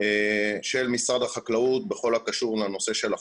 של משרד החקלאות בכל הקשור לנושא של החוק.